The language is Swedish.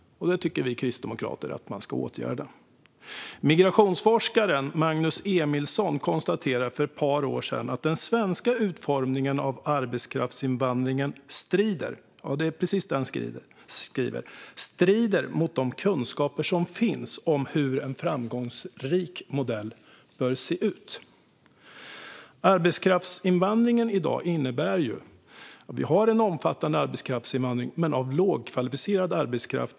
Detta tycker vi kristdemokrater att man ska åtgärda. Migrationsforskaren Magnus Emilsson konstaterade för ett par år sedan att den svenska utformningen av arbetskraftsinvandringen strider - precis så skriver han - mot de kunskaper som finns om hur en framgångsrik modell bör se ut. I dag har vi en omfattande arbetskraftsinvandring, men av lågkvalificerad arbetskraft.